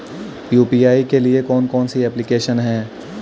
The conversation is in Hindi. यू.पी.आई के लिए कौन कौन सी एप्लिकेशन हैं?